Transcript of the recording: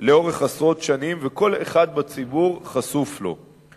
עשרות שנים, וכל אחד בציבור חשוף לו.